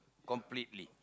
completely